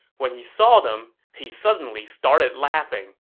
when he saw them, he suddenly started laughing.